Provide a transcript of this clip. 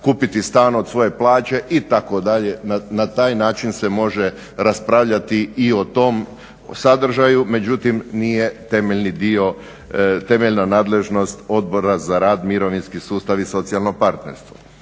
kupiti stan od svoje plaće itd. na taj način se može raspravljati i o tom sadržaju. Međutim nije temeljna nadležnost Odbora za rad, mirovinski sustav i socijalno partnerstvo.